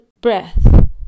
breath